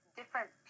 different